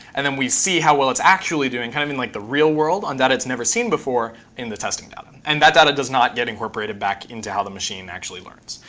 and then we see how well it's actually doing kind of in like the real world on data it's never seen before in the testing data. and that data does not getting incorporated back into how the machine actually learns.